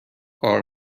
کار